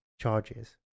charges